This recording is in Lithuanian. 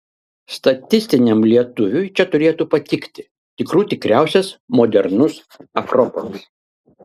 statistiniam lietuviui čia turėtų patikti tikrų tikriausias modernus akropolis